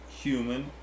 human